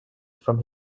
from